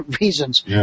reasons